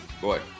Boy